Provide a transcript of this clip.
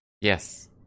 Yes